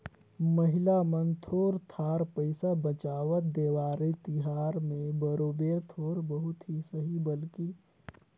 महिला मन थोर थार पइसा बंचावत, देवारी तिहार में बरोबेर थोर बहुत ही सही बकि ओमन सोंचथें कि सोना चाँदी लेहल जाए